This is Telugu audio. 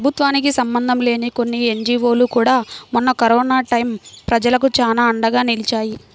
ప్రభుత్వానికి సంబంధం లేని కొన్ని ఎన్జీవోలు కూడా మొన్న కరోనా టైయ్యం ప్రజలకు చానా అండగా నిలిచాయి